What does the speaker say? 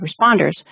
responders